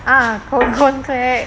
ah kahwin contract